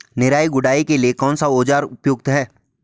निराई गुड़ाई के लिए कौन सा औज़ार उपयुक्त है?